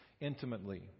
intimately